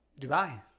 Dubai